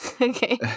Okay